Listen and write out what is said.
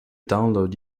download